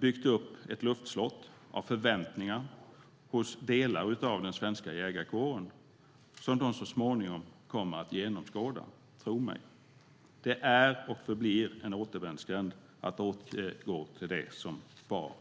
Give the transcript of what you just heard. byggt ett luftslott av förväntningar hos delar av den svenska jägarkåren som de så småningom kommer att genomskåda - tro mig. Det är och förblir en återvändsgränd att återgå till det som var.